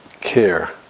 care